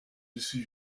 dessus